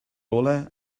olau